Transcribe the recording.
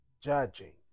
judging